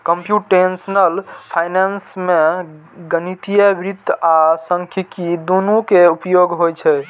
computational finance मे गणितीय वित्त आ सांख्यिकी, दुनू के उपयोग होइ छै